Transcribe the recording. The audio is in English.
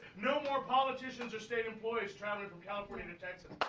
no more politicians or state employees traveling from california to texas.